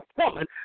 woman